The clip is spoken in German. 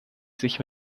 sich